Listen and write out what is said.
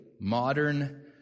modern